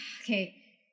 okay